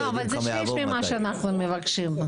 לא, אבל זה שליש ממה שאנחנו מבקשים.